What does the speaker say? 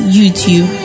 YouTube